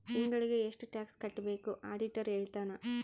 ತಿಂಗಳಿಗೆ ಎಷ್ಟ್ ಟ್ಯಾಕ್ಸ್ ಕಟ್ಬೇಕು ಆಡಿಟರ್ ಹೇಳ್ತನ